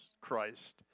Christ